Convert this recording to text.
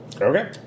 Okay